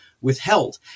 withheld